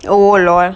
oh LOL